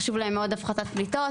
חשוב להם מאוד הפחתת פליטות.